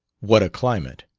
what a climate!